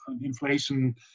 inflation